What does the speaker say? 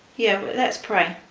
yeah let's pray.